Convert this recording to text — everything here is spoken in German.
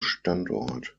standort